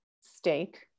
steak